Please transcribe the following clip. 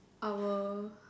our